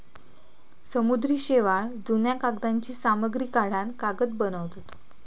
समुद्री शेवाळ, जुन्या कागदांची सामग्री काढान कागद बनवतत